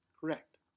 Correct